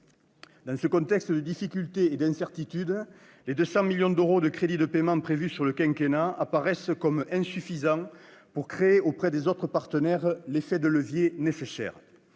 Dans ce contexte de difficulté et d'incertitude, les 200 millions d'euros de crédits de paiement prévus sur le quinquennat apparaissent comme insuffisants pour créer auprès des autres partenaires l'effet de levier nécessaire.